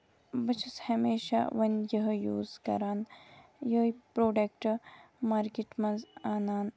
بہٕ چھَس ہمیشہ وۄنۍ یِہوے یوٗز کران یِہوے پروڈکٹ ماکیٹ منٛز اَنان